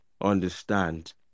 understand